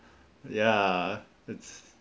ya it's